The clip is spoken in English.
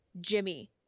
Jimmy